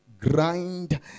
grind